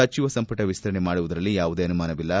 ಸಚಿವ ಸಂಪುಟ ವಿಸ್ತರಣೆ ಮಾಡುವುದರಲ್ಲಿ ಯಾವುದೇ ಅನುಮಾನವಿಲ್ಲ